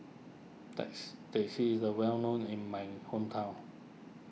text Teh C is a well known in my hometown